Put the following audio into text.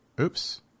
oops